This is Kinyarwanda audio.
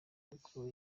kuko